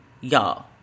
Y'all